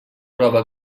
prova